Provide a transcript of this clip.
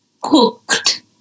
Cooked